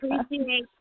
appreciate